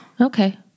Okay